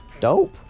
Dope